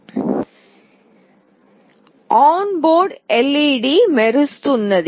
ఈ విధానం అనుసరించి నట్లయితే ఆన్ బోర్డు led వెలుగుతుంది